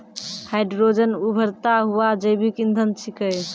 hydrogen उभरता हुआ जैविक इंधन छिकै